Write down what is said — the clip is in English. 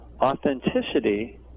authenticity